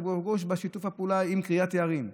אבו גוש בשיתוף פעולה עם קריית יערים.